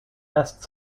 best